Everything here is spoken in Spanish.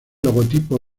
logotipo